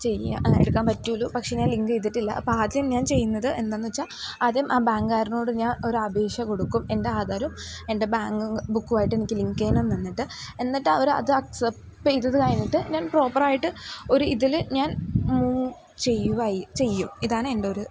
ചെയ്യും എടുക്കാൻ പറ്റുകയുള്ളൂ പക്ഷേ ഞാൻ ലിങ്ക് ചെയ്തിട്ടില്ല അപ്പം ആദ്യം ഞാൻ ചെയ്യുന്നത് എന്താണെന്ന് വച്ചാൽ ആദ്യം ആ ബാങ്കുകാരനോട് ഞാൻ ഒരു അപേക്ഷ കൊടുക്കും എൻ്റെ ആധാരും എൻ്റെ ബാങ്ങ് ബുക്കുമായിട്ട് എനിക്ക് ലിങ്ക് ചെയ്യണം നിന്നിട്ട് എന്നിട്ട് അവർ അത് അക്സെപ് ചെ യ്തു കഴിഞ്ഞിട്ട് ഞാൻ പ്രോപ്പർ ആയിട്ട് ഒരു ഇതിൽ ഞാൻ മൂവ് ചെയ്യുവായി ചെയ്യും ഇതാണ് എൻ്റെ ഒരു ഇത്